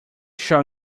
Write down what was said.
shall